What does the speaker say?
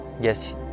Yes